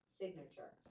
signature